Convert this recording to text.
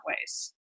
ways